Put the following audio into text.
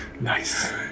Nice